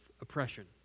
oppression